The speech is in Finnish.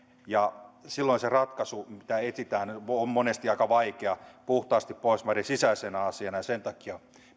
silloin se ratkaisu mitä etsitään on monesti aika vaikea tehdä puhtaasti pohjoismaiden sisäisenä asiana ja sen takia